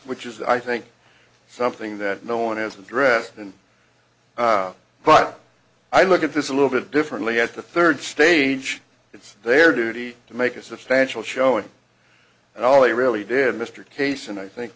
which is i think something that no one has addressed and but i look at this a little bit differently at the third stage it's their duty to make a substantial showing that all they really did mr case and i think